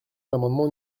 l’amendement